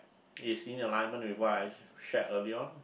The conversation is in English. it's in alignment with what I shared earlier on